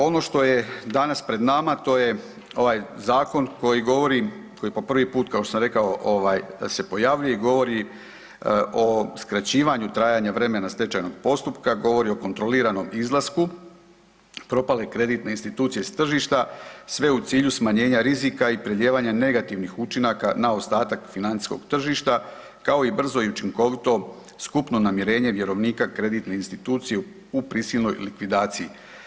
Ono što je danas pred nama to je ovaj zakon koji govori, koji po prvi put kao što sam rekao se pojavljuje i govori o skraćivanju trajanja vremena stečajnog postupka, govori o kontroliranom izlasku propale kreditne institucije s tržišta sve u cilju smanjenja rizika i prelijevanja negativnih učinaka na ostatak financijskog tržišta kao i brzo i učinkovito su ukupno namirenje vjerovnika kreditne institucije u prisilnoj likvidaciji.